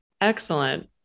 Excellent